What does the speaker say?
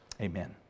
Amen